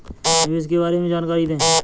निवेश के बारे में जानकारी दें?